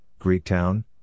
Greektown